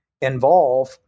involve